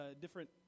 different